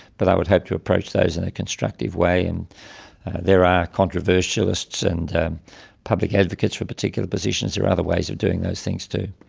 but i would hope to approach those in a constructive way. and there are controversialists and public advocates for particular positions are other ways of doing those things too.